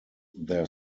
their